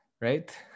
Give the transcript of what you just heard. right